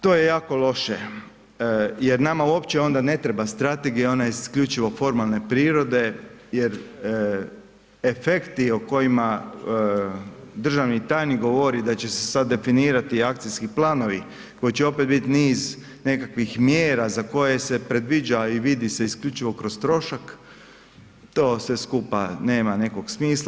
To je jako loše jer nama uopće onda ne treba strategija, ona je isključivo formalne prirode jer efekti o kojima državni tajnik govori da će se sad definirati akcijski planovi koji će opet biti niz nekakvih mjera za koje se predviđa i vidi se isključivo kroz trošak, to sve skupa nema nekog smisla.